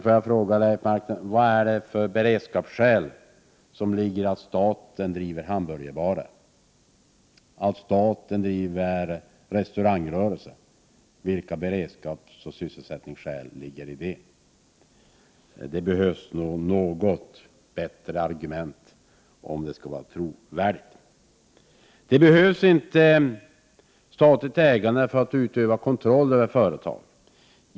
Får jag fråga: Vilka beredskapsskäl föranleder att staten skall driva hamburgerbarer och restaurangrörelser? Det behövs nog bättre argument för att göra detta trovärdigt. Det behövs inte något statligt ägande för att utöva kontroll över företagen.